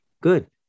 Good